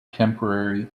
temporary